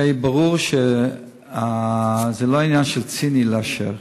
הרי ברור שזה לא עניין ציני, לאשר.